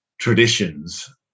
traditions